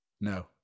no